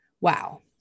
Wow